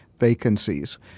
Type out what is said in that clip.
Vacancies